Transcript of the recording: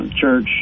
church